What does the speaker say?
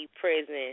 Prison